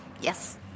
Yes